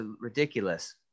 ridiculous